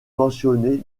mentionné